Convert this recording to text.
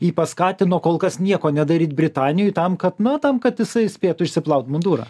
jį paskatino kol kas nieko nedaryt britanijoj tam kad na tam kad jisai spėtų išsiplaut mundurą